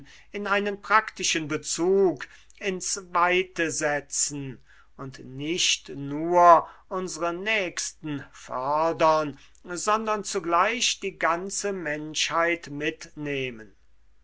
in einen praktischen bezug ins weite setzen und nicht nur unsre nächsten fördern sondern zugleich die ganze menschheit mitnehmen